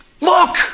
look